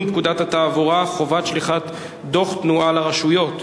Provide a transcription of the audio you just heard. פקודת התעבורה (חובת שליחת דוח תאונה לרשויות)